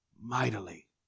mightily